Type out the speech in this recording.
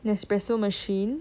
nespresso machine